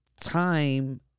time